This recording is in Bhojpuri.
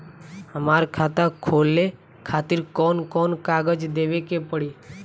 हमार खाता खोले खातिर कौन कौन कागज देवे के पड़ी?